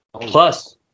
Plus